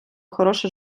хороше